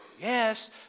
Yes